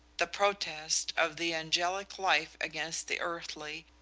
the protest of the angelic life against the earthly,